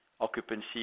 occupancy